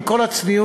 עם כל הצניעות,